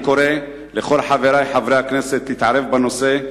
אני קורא לכל חברי חברי הכנסת להתערב בנושא,